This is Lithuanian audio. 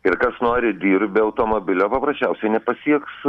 ir kas nori dirbt be automobilio paprasčiausiai nepasieks